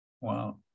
wow